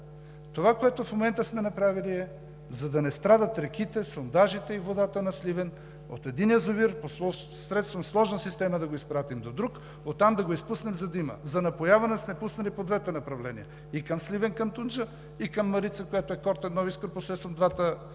Това, което в момента сме направили, е, за да не страдат реките, сондажите и водата на Сливен – от един язовир, посредством сложна система да го изпратим до друг, оттам да го изпуснем, за да има. За напояване сме пуснали по двете направления: и към Сливен, към Тунджа, и към Марица, която е Кортен – Бели Искър, посредством двата